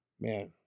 Man